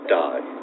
die